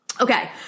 Okay